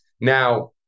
Now